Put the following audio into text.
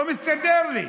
לא מסתדר לי.